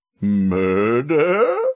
murder